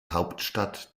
hauptstadt